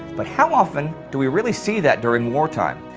but how often do we really see that during wartime?